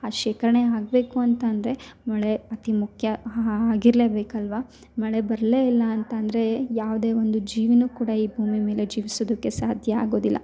ಆ ಶೇಖರಣೆ ಆಗಬೇಕು ಅಂತ ಅಂದರೆ ಮಳೆ ಅತಿ ಮುಖ್ಯ ಆಗಿರಲೇ ಬೇಕಲ್ವ ಮಳೆ ಬರಲೇ ಇಲ್ಲ ಅಂತ ಅಂದರೆ ಯಾವುದೇ ಒಂದು ಜೀವಿಯೂ ಕೂಡ ಈ ಭೂಮಿ ಮೇಲೆ ಜೀವಿಸೋದಕ್ಕೆ ಸಾಧ್ಯ ಆಗೋದಿಲ್ಲ